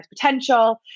potential